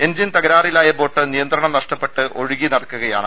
engine തകരാറിലായ boat നിയന്ത്രണം നഷ്ടപ്പെട്ട് ഒഴുകി നടക്കുകയാണ്